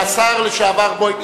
השר לשעבר בוים,